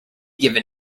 given